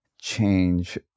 change